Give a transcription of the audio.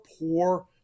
poor